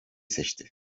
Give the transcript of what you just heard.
seçti